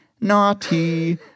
naughty